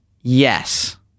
yes